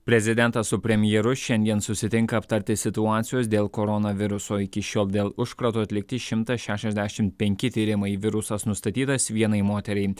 prezidentas su premjeru šiandien susitinka aptarti situacijos dėl koronaviruso iki šiol dėl užkrato atlikti šimtas šešiasdešim penki tyrimai virusas nustatytas vienai moteriai